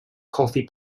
coffee